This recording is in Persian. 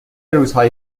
روزهایی